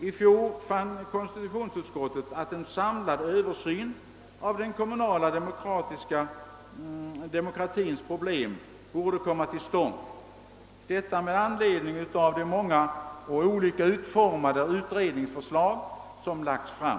I fjol fann konstitutionsutskottet att en samlad översyn av den kommunala demokratins problem borde komma till stånd — detta med anledning av de många och olika utformade utredningsförslag som lagts fram.